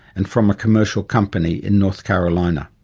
and from a commercial company in north carolina.